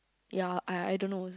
ya I I don't know